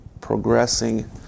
progressing